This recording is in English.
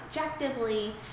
objectively